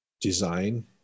design